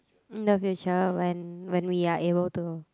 in the future when when we are able to